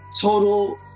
Total